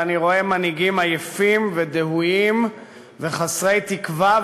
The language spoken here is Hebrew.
ואני רואה מנהיגים עייפים ודהויים וחסרי תקווה,